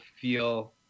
feel